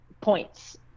points